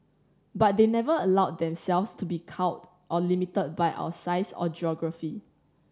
but they never allowed themselves to be cowed or limited by our size or geography